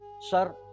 Sir